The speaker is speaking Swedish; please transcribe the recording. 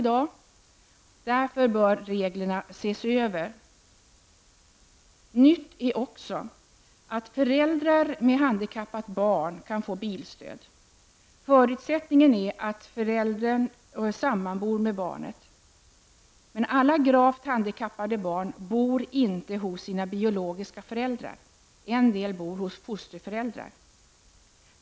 Reglerna bör därför ses över. Nytt är också att föräldrar med handikappat barn kan få bilstöd. Förutsättningen är att föräldern sammanbor med barnet. Men alla gravt handikappade barn bor inte hos sina biologiska föräldrar, en del bor hos fosterföräldrar.